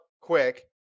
quick